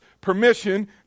permission